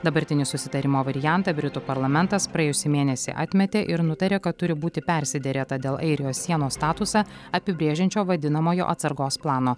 dabartinį susitarimo variantą britų parlamentas praėjusį mėnesį atmetė ir nutarė kad turi būti persiderėta dėl airijos sienos statusą apibrėžiančio vadinamojo atsargos plano